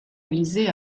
élysées